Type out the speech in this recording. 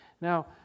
Now